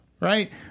Right